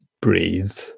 Breathe